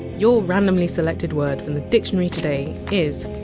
your randomly selected word from the dictionary today is!